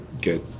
Good